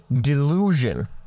delusion